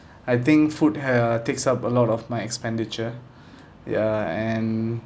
I think food uh takes up a lot of my expenditure ya and